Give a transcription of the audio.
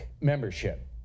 membership